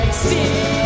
See